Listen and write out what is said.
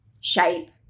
shape